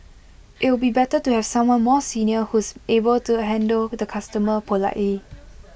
it'll be better to have someone more senior who's able to handle the customer politely